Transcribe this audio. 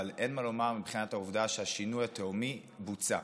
אבל אין מה לומר מבחינת העובדה שהשינוי התהומי בוצע.